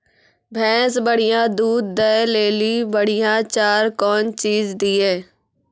भैंस बढ़िया दूध दऽ ले ली बढ़िया चार कौन चीज दिए?